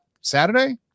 Saturday